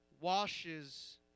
washes